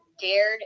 dared